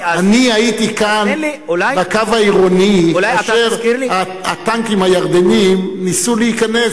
אני הייתי כאן בקו העירוני כאשר הטנקים הירדניים ניסו להיכנס,